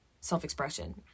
self-expression